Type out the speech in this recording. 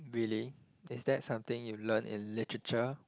really is that something you learn in literature